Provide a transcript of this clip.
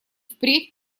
впредь